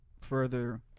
further